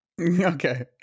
Okay